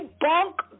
bunk